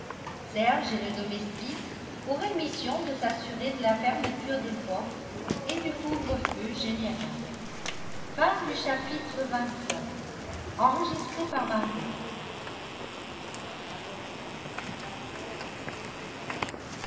serge et le domestique auraient mission de s'assurer de la fermeture des portes et du couvre-feu général